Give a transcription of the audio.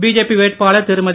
BJP வேட்பாளர் திருமதி